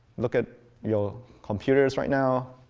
look at your computers right now.